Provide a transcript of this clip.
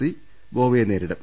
C ഗോവയെ നേരിടും